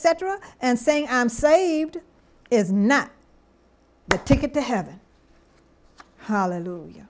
cetera and saying i am saved is not a ticket to heaven hallelujah